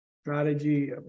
strategy